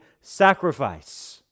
sacrifice